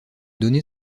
donné